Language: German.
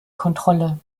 kontrolle